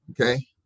okay